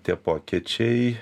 tie pokyčiai